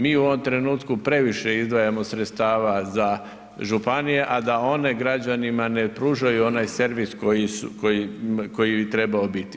Mi u ovom trenutku previše izdvajamo sredstava za županije, a da one građanima ne pružaju onaj servis koji su, koji bi trebao biti.